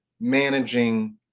managing